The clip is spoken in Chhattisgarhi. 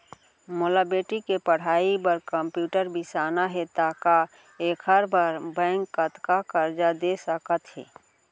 मोला बेटी के पढ़ई बार कम्प्यूटर बिसाना हे त का एखर बर बैंक कतका करजा दे सकत हे?